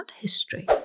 history